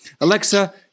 Alexa